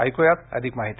ऐकूयात अधिक माहिती